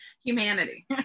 humanity